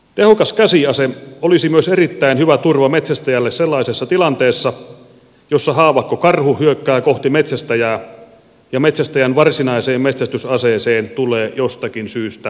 tehokas käsiase olisi myös erittäin hyvä turva metsästäjälle sellaisessa tilanteessa jossa haavakkokarhu hyökkää kohti metsästäjää ja metsästäjän varsinaiseen metsästysaseeseen tulee jostakin syystä häiriö